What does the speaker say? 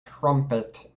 trumpet